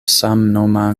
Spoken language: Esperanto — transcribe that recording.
samnoma